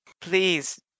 please